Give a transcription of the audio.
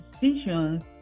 decisions